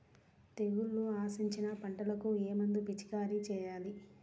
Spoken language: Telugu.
తెగుళ్లు ఆశించిన పంటలకు ఏ మందు పిచికారీ చేయాలి?